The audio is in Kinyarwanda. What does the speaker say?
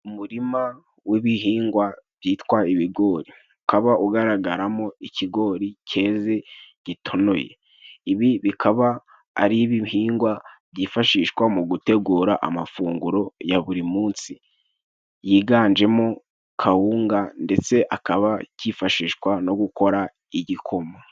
Umuririma w'ibihingwa byitwa ibigori, ukaba ugaragaramo ikigori cyeze gitonoye, ibi bikaba ari ibihingwa byifashishwa mu gutegura amafunguro ya buri munsi yiganjemo kawunga, ndetse akaba cyifashishwa no gukora igikoma.